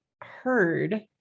heard